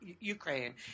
Ukraine